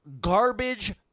garbage